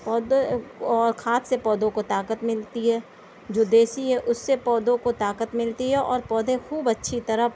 پودے اور کھاد سے پودوں کو طاقت ملتی ہے جو دیسی ہے اُس سے پودوں کو طاقت ملتی ہے اور پودے خوب اچھی طرح